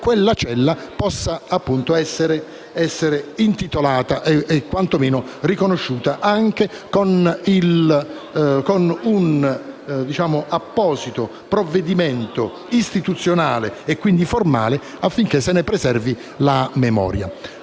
quella cella possa essere intitolata e quanto meno riconosciuta con un apposito provvedimento istituzionale, quindi formale, affinché se ne preservi la memoria.